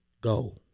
go